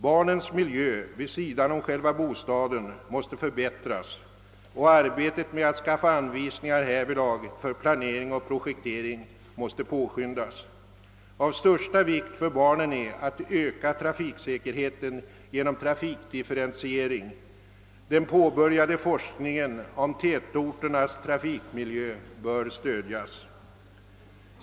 Barnens miljö vid sidan om själva bostaden måste förbättras, och arbetet med att skaffa anvisningar härvidlag för planering och projektering måste påskyndas. Av största vikt för barnen är att öka trafiksäkerheten genom trafikdifferentiering. Den påbörjade forskningen om tätorternas trafikmiljö bör stödjas.